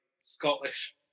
Scottish